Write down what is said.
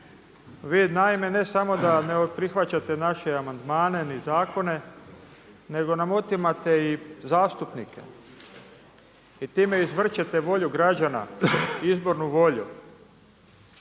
Vi naime ne samo da ne prihvaćate naše amandmane ni zakone, nego nam otimate i zastupnike i time izvrćete volju građana, izbornu volju.